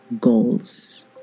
goals